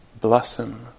blossom